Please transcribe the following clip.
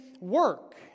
work